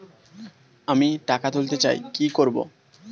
আমি টাকা তুলতে চাই কি করব?